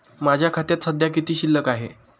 माझ्या खात्यात सध्या किती शिल्लक आहे?